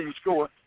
score